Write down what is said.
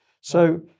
So-